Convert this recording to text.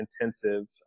intensive